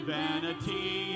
vanity